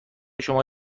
شما